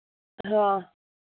हाँ